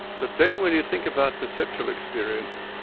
but then when you think about perceptual experience,